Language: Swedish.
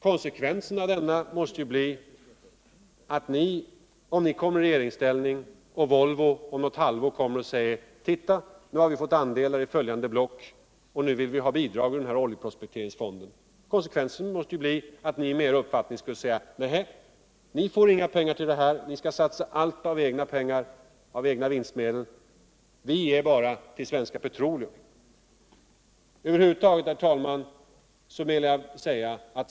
Konsekvensen av den måste bli att ni sociaklemokrater, om ni kommer i regeringsställning och Volvo något halvår efteråt Kommer och säger att man fått andelar i en del block och nu vill ha bidrag ur oljeprospekteringsfonden, skulle säga: Nej, ni får inga pengar till detta. Ni skill satsa allt av egna pengar, av egna vinstmedel. Vi ger bara till Svenska Petroleum. Herr talman!